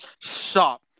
Stop